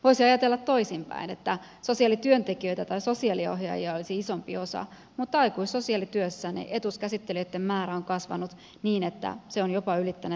voisi ajatella toisinpäin että sosiaalityöntekijöitä tai sosiaaliohjaajia olisi isompi osa mutta aikuissosiaalityössä etuuskäsittelijöitten määrä on kasvanut niin että se on jopa ylittänyt sosiaalityöntekijöiden määrän